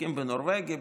מתעסקים בנורבגי,